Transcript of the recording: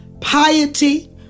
piety